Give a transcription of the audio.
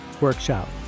workshop